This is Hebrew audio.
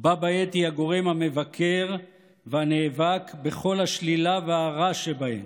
בה בעת היא הגורם המבקר והנאבק בכל השלילה והרע שבהן,